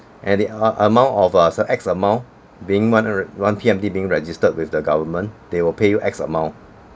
and the a~ amount of uh x amount being one hund~ or one P_M_D being registered with the government they will pay you x amount